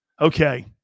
Okay